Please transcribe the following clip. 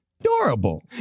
adorable